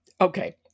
Okay